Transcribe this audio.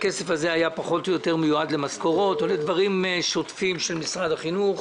הכסף הזה היה מיועד למשכורות או לדברים שוטפים של משרד החינוך.